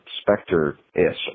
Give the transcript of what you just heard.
specter-ish